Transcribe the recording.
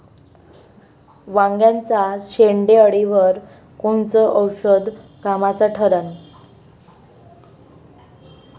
वांग्याच्या शेंडेअळीवर कोनचं औषध कामाचं ठरन?